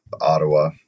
Ottawa